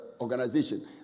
organization